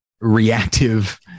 reactive